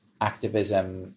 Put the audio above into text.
activism